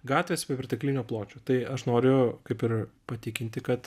gatvės perteklinio pločio tai aš noriu kaip ir patikinti kad